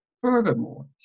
furthermore